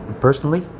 Personally